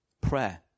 prayer